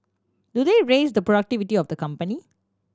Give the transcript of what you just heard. do they raise the productivity of the company